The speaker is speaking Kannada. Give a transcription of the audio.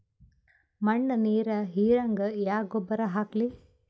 ಮಣ್ಣ ನೀರ ಹೀರಂಗ ಯಾ ಗೊಬ್ಬರ ಹಾಕ್ಲಿ?